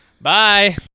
Bye